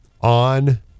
on